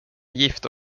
gifte